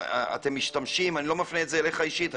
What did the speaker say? אני לא מפנה את זה אליך אישית,